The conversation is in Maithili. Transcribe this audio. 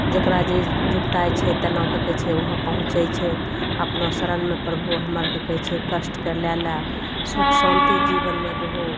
जकरा जे जुकताइ छै तेना कि कहय छै वहाँ पहुँचय छै अपना शरण मे प्रभु हमर कि कहय छै कष्टके लए लाए सुख शान्ति जीवनमे दहो